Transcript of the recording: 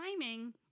timing